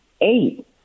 eight